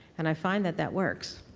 and i find that that works.